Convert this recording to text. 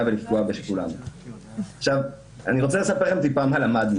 ולפגוע ב --- אני רוצה לספר לכם מה למדנו